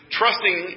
trusting